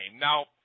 Now